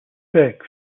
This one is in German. sechs